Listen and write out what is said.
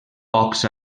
pocs